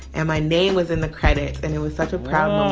and my name was in the credits. and it was such a proud um